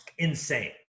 insane